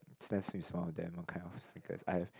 Stan Smith is one of them one kind of sneakers I have